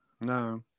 no